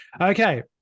okay